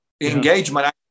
Engagement